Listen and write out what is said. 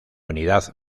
unidad